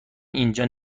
اینجا